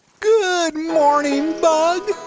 good morning, bug!